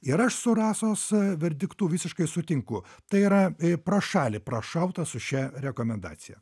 ir aš su rasos verdiktu visiškai sutinku tai yra pro šalį prašauta su šia rekomendacija